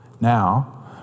Now